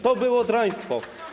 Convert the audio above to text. To było draństwo.